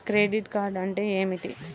Credit card అంటే ఏమిటి?